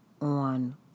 on